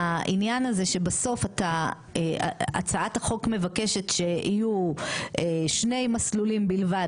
העניין הזה שבסוף הצעת החוק מבקשת שיהיו שני מסלולים בלבד,